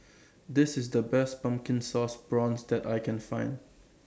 This IS The Best Pumpkin Sauce Prawns that I Can Find